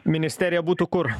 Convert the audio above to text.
ministerija būtų kur